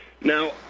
Now